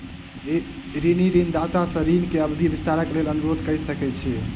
ऋणी ऋणदाता सॅ ऋण के अवधि विस्तारक लेल अनुरोध कय सकै छै